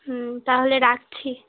হুম তাহলে রাখছি